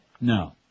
No